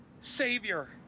Savior